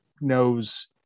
knows